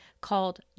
called